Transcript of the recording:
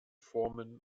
formen